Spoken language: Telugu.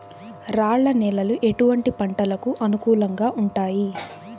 రాళ్ల నేలలు ఎటువంటి పంటలకు అనుకూలంగా ఉంటాయి?